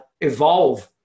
evolve